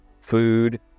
food